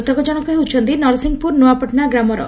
ମୃତକ ଜଣକ ହେଉଛି ନରସିଂହପୁର ନୂଆପାଟଣା ଗ୍ରାମର